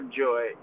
joy